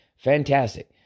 Fantastic